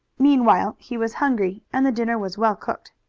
meanwhile he was hungry and the dinner was well cooked.